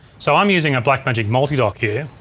so i'm using a blackmagic multidock here.